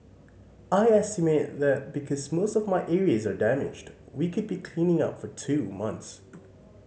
I estimate that because most of my areas are damaged we could be cleaning up for two months